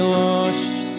lost